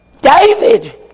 David